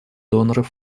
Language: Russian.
доноров